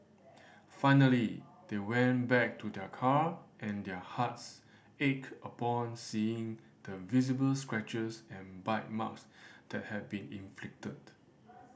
finally they went back to their car and their hearts ached upon seeing the visible scratches and bite marks that had been inflicted